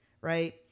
Right